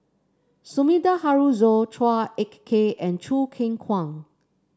Sumida Haruzo Chua Ek Kay and Choo Keng Kwang